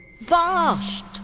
Vast